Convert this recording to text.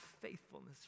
faithfulness